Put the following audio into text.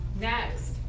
Next